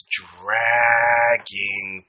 dragging